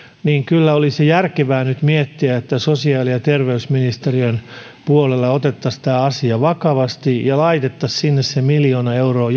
niin kyllä olisi järkevää nyt miettiä että sosiaali ja terveysministeriön puolella otettaisiin tämä asia vakavasti ja laitettaisiin sinne jokavuotiseen tukeen se miljoona euroa